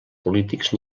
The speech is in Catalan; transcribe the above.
polítics